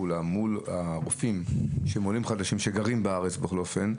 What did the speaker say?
פעולה מול הרופאים שהם עולים חדשים שגרים בארץ בכל אופן,